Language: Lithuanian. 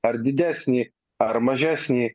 ar didesnį ar mažesnį